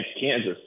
Kansas